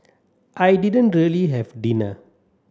I didn't really have dinner